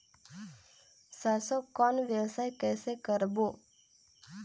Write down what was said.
सरसो कौन व्यवसाय कइसे करबो?